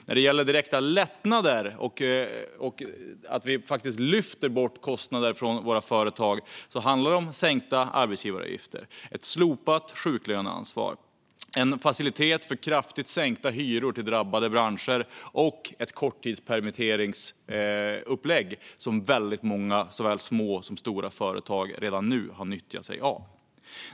När det gäller direkta lättnader och att vi faktiskt lyfter bort kostnader från våra företag handlar det om sänkta arbetsgivaravgifter, ett slopat sjuklöneansvar, en facilitet för kraftigt sänkta hyror till drabbade branscher och ett korttidspermitteringsupplägg som väldigt många såväl små som stora företag redan nu har nyttjat.